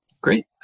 Great